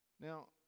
Now